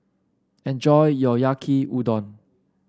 enjoy your Yaki Udon